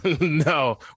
No